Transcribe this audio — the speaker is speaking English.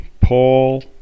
Paul